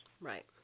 Right